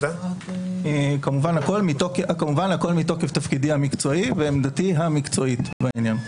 כמובן הכול מתוקף תפקידי המקצועי ועמדתי המקצועית בעניין.